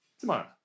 tomorrow